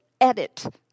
edit